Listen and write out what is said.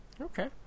Okay